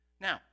Now